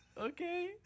okay